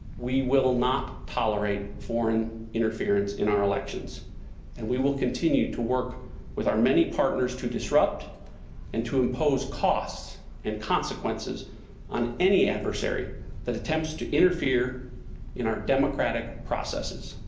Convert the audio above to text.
we will not tolerate foreign interference in our elections and we will continue to work with our many partners to disrupt and to impose costs and consequences on any adversary that attempts to interfere in our democratic processes.